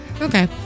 Okay